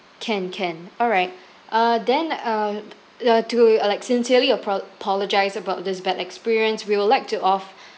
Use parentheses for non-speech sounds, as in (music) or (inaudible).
can can alright uh then uh uh to uh like sincerely apolo~ apologise about this bad experience we would like to off~ (breath)